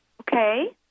Okay